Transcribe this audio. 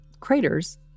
craters